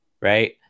right